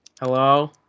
Hello